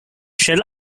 shall